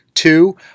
Two